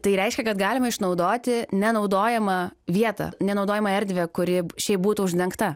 tai reiškia kad galima išnaudoti nenaudojamą vietą nenaudojamą erdvę kuri šiaip būtų uždengta